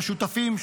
של השותפים,